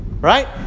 right